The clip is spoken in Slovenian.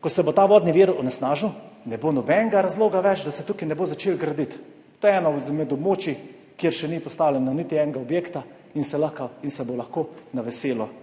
ko se bo ta vodni vir onesnažil, ne bo nobenega razloga več, da se tukaj ne bo začelo graditi. To je eno izmed območij, kjer še ni postavljenega niti enega objekta in se bo lahko na veselo